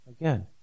Again